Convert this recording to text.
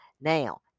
now